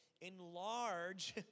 enlarge